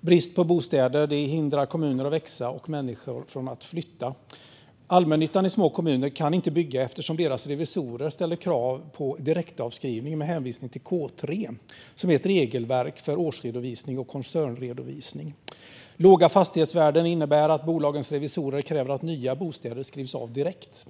Brist på bostäder hindrar kommuner att växa och människor från att flytta. Allmännyttan i små kommuner kan inte bygga eftersom deras revisorer ställer krav på direktavskrivning med hänvisning till K3, som är ett regelverk för årsredovisning och koncernredovisning. Låga fastighetsvärden innebär att bolagens revisorer kräver att nya bostäder skrivs av direkt.